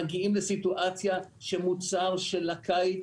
מגיעים לסיטואציה שמוצר של הקיץ,